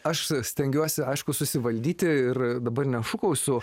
aš stengiuosi aišku susivaldyti ir dabar nešūkausiu